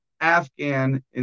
Afghan